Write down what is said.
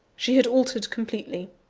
she had altered completely.